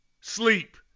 sleep